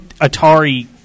Atari